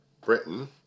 Britain